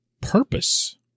purpose